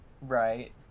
right